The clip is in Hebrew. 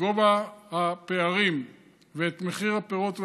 גובה הפערים ואת מחיר הפירות והירקות.